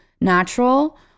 natural